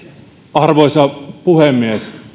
arvoisa puhemies